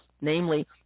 namely